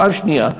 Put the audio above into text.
פעם שנייה,